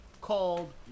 called